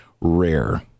rare